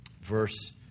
verse